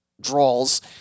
draws